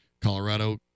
Colorado